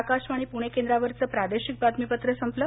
आकाशवाणी पृणे केंद्रावरचं प्रादेशिक बातमीपत्र संपलं